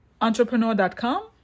entrepreneur.com